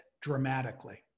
dramatically